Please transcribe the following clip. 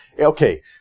Okay